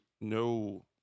no